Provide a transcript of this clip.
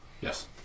Yes